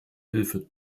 hilfe